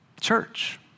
Church